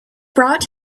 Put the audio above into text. brought